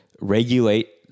regulate